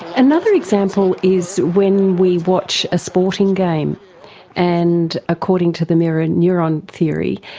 and another example is when we watch a sporting game and, according to the mirror neuron theory,